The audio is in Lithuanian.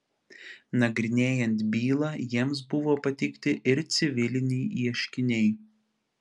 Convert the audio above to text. nagrinėjant bylą jiems buvo pateikti ir civiliniai ieškiniai